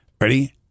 ready